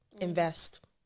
Invest